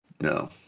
No